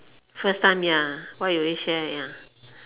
first time ya what will you share ya